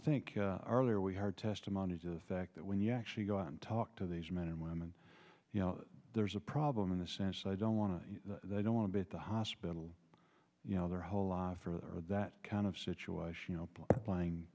think earlier we heard testimony to the fact that when you actually go out and talk to these men and women you know there's a problem in the sense i don't want to they don't want to be at the hospital you know their whole lot for that kind of situation open playing